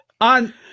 On